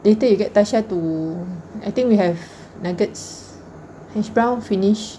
later you get tasha to I think we have nuggets hashbrown finish